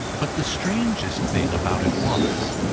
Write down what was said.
but the strangest thing about it was,